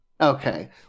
okay